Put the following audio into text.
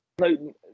No